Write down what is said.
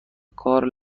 کارم